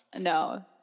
No